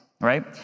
Right